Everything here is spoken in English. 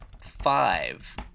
five